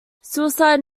suicide